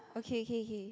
okay